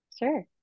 Sure